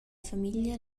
famiglia